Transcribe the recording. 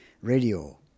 radio